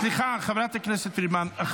סליחה, חברת הכנסת פרידמן.